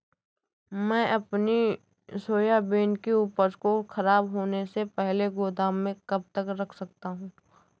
मैं अपनी सोयाबीन की उपज को ख़राब होने से पहले गोदाम में कब तक रख सकता हूँ?